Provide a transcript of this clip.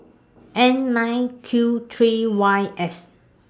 N nine Q three Y S